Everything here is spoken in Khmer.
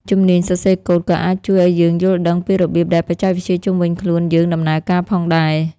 ជំនាញសរសេរកូដក៏អាចជួយឱ្យយើងយល់ដឹងពីរបៀបដែលបច្ចេកវិទ្យាជុំវិញខ្លួនយើងដំណើរការផងដែរ។